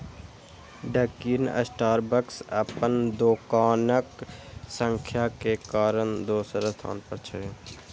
Dunkin Starbucks अपन दोकानक संख्या के कारण दोसर स्थान पर छै